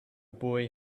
boy